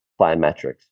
biometrics